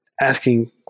asking